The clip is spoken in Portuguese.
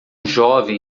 jovem